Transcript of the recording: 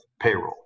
payroll